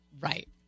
right